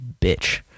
bitch